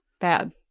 bad